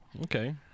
Okay